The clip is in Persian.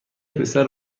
پسر